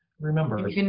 Remember